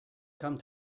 come